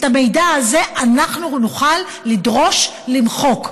את המידע הזה אנחנו נוכל לדרוש למחוק,